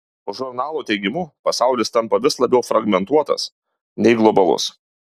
žurnalo teigimu pasaulis tampa vis labiau fragmentuotas nei globalus